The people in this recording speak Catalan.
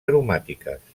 aromàtiques